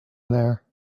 there